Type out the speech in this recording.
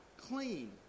clean